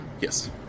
Yes